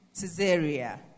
Caesarea